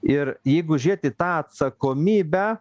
ir jeigu žiūėt į tą atsakomybę